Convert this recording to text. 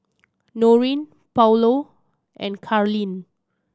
Noreen Paulo and Karlene